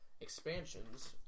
expansions